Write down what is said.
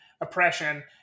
oppression